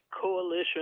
coalition